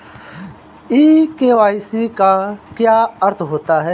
ई KYC का क्या अर्थ होता है?